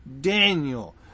Daniel